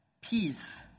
peace